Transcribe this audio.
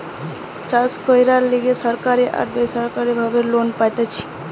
চাষ কইরার লিগে সরকারি আর বেসরকারি ভাবে লোন পাইতেছি